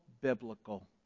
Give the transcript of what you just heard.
biblical